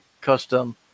custom